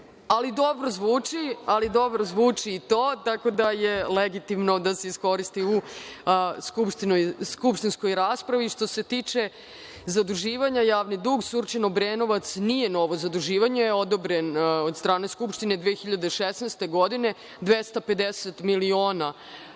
ali dobro zvuči i to, tako da je legitimno da se iskoristi u skupštinskoj raspravi. Što se tiče zaduživanja, javni dug Surčin, Obrenovac, nije novo zaduživanje, odobren je od strane Skupštine 2016. godine, 250 miliona